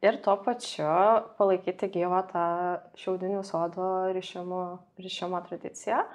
ir tuo pačiu palaikyti gyvą tą šiaudinių sodo rišimo rišimo tradiciją